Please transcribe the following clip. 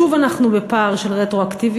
שוב אנחנו בפער של רטרואקטיביות,